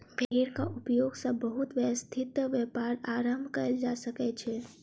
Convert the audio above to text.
भेड़क उपयोग सॅ बहुत व्यवस्थित व्यापार आरम्भ कयल जा सकै छै